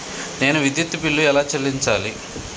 నేను విద్యుత్ బిల్లు ఎలా చెల్లించాలి?